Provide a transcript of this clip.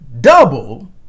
double